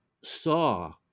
saw